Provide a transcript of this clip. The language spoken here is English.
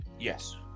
Yes